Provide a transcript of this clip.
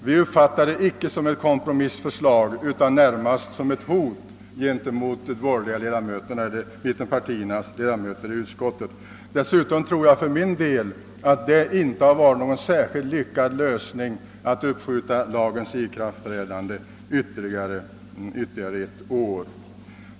Vi uppfattade inte detta som ett kompromissförslag utan närmast som ett hot mot mittenpartiernas representanter i utskottet. Dessutom tror jag, att det inte hade varit någon särskilt lyckad lösning att uppskjuta lagens ikraftträdande ytterligare ett år.